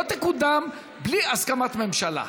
והיא לא תקודם בלי הסכמת ממשלה.